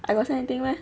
I got say anything meh